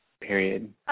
Period